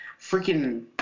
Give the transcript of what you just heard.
freaking